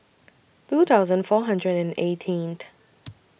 two thousand four hundred and eighteenth